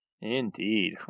Indeed